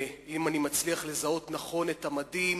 אם אני מצליח לזהות נכון את המדים,